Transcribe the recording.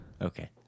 Okay